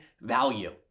value